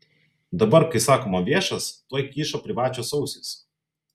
dabar kai sakoma viešas tuoj kyšo privačios ausys